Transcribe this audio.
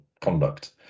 conduct